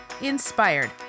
Inspired